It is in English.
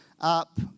up